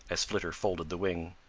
as flitter folded the wing.